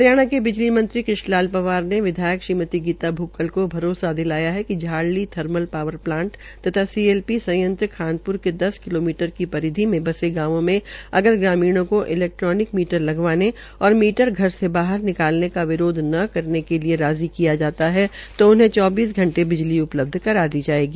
हरियाणा के बिजली मंत्री कृष्ण लाल पंवार ने विधायक श्रीमती गीता भुक्कल को भरोसा दिलाया है कि Jharli thermal plant power plant तथ्जा सीएलपी संयंत्र खानप्र के दस किलोमीटर की परिधि में बसे गांवों में अगर ग्रामीणों को इलैक्ट्रोनिक मीटर लगवाने और मीटर घर के बाहर निकालने का विरोध ने करने के लिये राजी कियात जाता है तो उन्हें चौबीस घंटे बिजली उपलब्ध करा दी जायेगी